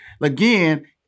again